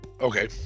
Okay